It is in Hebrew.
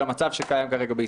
של המצב הקיים כרגע בישראל.